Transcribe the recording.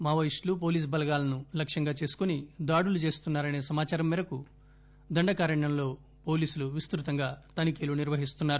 మావోయిస్టులు పోలీసు బలగాలను లక్ష్యంగా చేసుకుని దాడులు చేస్తున్నా రసే సమాచారం మేరకు దండకారణ్యంలో పోలీసులు విస్తృతంగా తనిఖీలు నిర్వహిస్తున్నారు